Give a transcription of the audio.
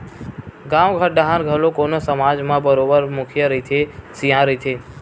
गाँव घर डाहर घलो कोनो समाज म बरोबर मुखिया रहिथे, सियान रहिथे